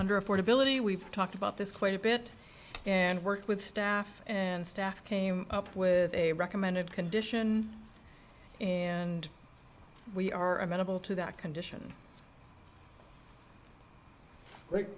under affordability we've talked about this quite a bit and work with staff and staff came up with a recommended condition and we are amenable to that condition